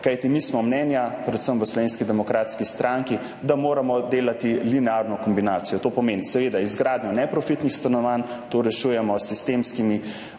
kajti mi smo mnenja, predvsem v Slovenski demokratski stranki, da moramo delati linearno kombinacijo, to pomeni seveda izgradnjo neprofitnih stanovanj. To rešujemo s sistemskimi